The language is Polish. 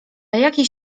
jakiejś